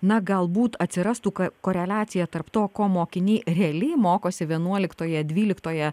na galbūt atsirastų ko koreliacija tarp to ko mokiniai realiai mokosi vienuoliktoje dvyliktoje